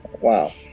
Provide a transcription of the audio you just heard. Wow